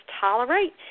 tolerate